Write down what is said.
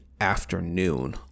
afternoon